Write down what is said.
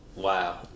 Wow